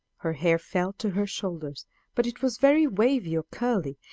her hair fell to her shoulders but it was very wavy or curly,